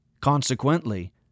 Consequently